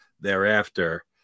thereafter